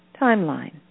timeline